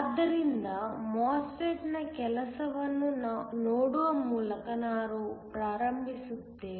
ಆದ್ದರಿಂದ MOSFET ನ ಕೆಲಸವನ್ನು ನೋಡುವ ಮೂಲಕ ನಾನು ಪ್ರಾರಂಭಿಸುತ್ತೇನೆ